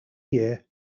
year